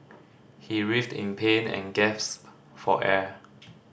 he writhed in pain and gasped for air